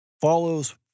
follows